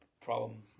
problem